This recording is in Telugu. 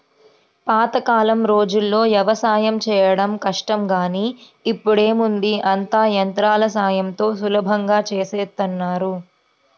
పాతకాలం రోజుల్లో యవసాయం చేయడం కష్టం గానీ ఇప్పుడేముంది అంతా యంత్రాల సాయంతో సులభంగా చేసేత్తన్నారు